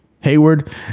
Hayward